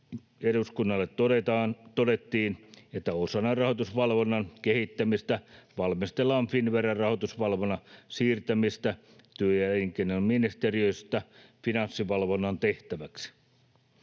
eduskunnalle todettiin, että osana rahoitusvalvonnan kehittämistä valmistellaan Finnveran rahoitusvalvonnan siirtämistä työ- ja elinkeinoministeriöstä Finanssivalvonnan tehtäväksi.